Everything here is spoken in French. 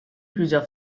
plusieurs